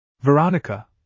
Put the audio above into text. Veronica